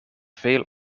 veel